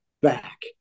back